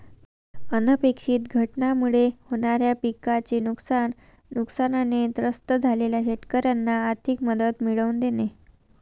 अनपेक्षित घटनांमुळे होणाऱ्या पिकाचे नुकसान, नुकसानाने त्रस्त झालेल्या शेतकऱ्यांना आर्थिक मदत मिळवून देणे